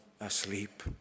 asleep